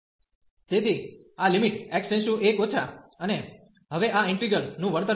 તેથી આ x→1 અને હવે આ ઈન્ટિગ્રલ નું વર્તન પણ